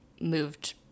moved